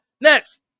Next